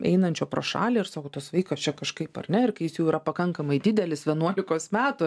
einančio pro šalį ir sako tas vaikas čia kažkaip ar ne ir kai jis jau yra pakankamai didelis vienuolikos metų